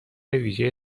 ویژه